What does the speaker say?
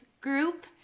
group